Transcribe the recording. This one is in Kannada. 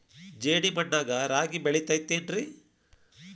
ಜೇಡಿ ಮಣ್ಣಾಗ ರಾಗಿ ಬೆಳಿತೈತೇನ್ರಿ?